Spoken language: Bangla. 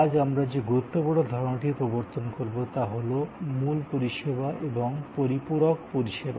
আজ আমরা যে গুরুত্বপূর্ণ ধারণাটির প্রবর্তন করব তা হল মূল সার্ভিস পরিষেবা এবং পরিপূরক সার্ভিস পরিষেবা